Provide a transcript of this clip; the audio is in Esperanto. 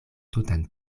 tutan